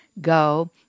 go